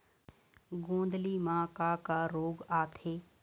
गोंदली म का का रोग आथे?